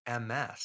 MS